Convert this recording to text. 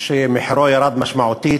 שמחירו ירד משמעותית,